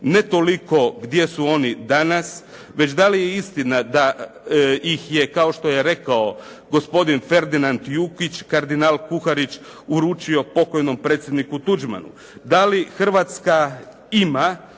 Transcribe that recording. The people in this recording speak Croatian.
ne toliko gdje su oni danas već da li je istina da ih je kao što je rekao gospodin Ferdinand Jukić, kardinal Kuharić uručio pokojnom predsjedniku Tuđmanu? Da li Hrvatska ima